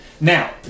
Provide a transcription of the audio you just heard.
Now